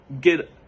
get